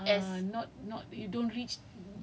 mm but ya not not there yet not as